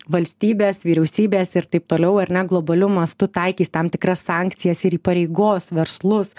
valstybės vyriausybės ir taip toliau ar ne globaliu mastu taikys tam tikras sankcijas ir įpareigos verslus